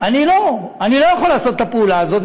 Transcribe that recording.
ואני לא יכול לעשות את הפעולה הזאת,